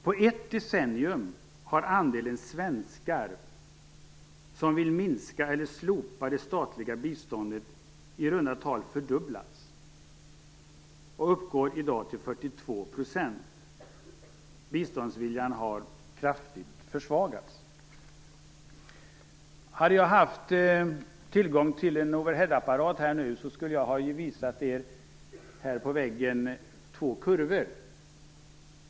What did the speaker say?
På ett decennium har andelen svenskar som vill minska eller slopa det statliga biståndet i runda tal fördubblats, och uppgår i dag till 42 %. Biståndsviljan har kraftigt försvagats. Hade jag haft tillgång till en overheadapparat nu skulle jag ha visat er två kurvor här på väggen.